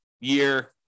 year